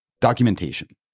documentation